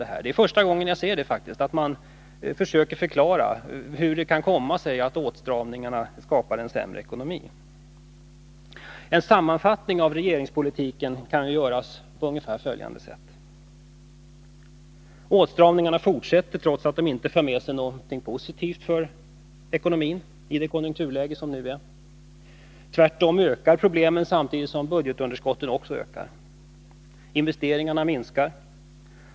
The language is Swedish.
Det är faktiskt första gången jag ser att man försöker förklara hur det kan komma sig att åtstramningarna skapar en sämre ekonomi. En sammanfattning av regeringspolitiken kan göras på ungefär följande sätt: Åtstramningarna fortsätter, trots att de inte har några positiva effekter på ekonomin i det konjunkturläge som nu råder. Tvärtom ökar problemen, samtidigt som budgetunderskottet växer. Industriinvesteringarna minskar.